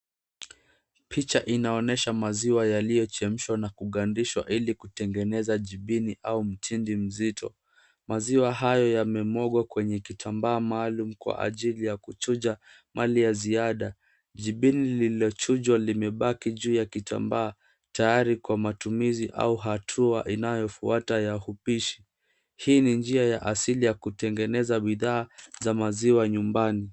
Picha inaonyesha maziwa yaliyochemshwa na kugandishwa ili kutengeneza jibini au mtindi mzito. Maziwa hayo yamemwagwa kwenye kitambaa maalum kwa ajili ya kuchuja mali ya ziada, jibini lililochujwa limebaki juu ya kitambaa tayari kwa matumizi au hatua inayofuata ya upishi. Hii ni asili ya kutengeza bidhaa za maziwa nyumbani.